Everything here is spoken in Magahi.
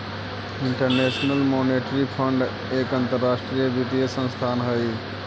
इंटरनेशनल मॉनेटरी फंड एक अंतरराष्ट्रीय वित्तीय संस्थान हई